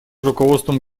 руководством